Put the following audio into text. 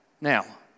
Now